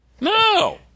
No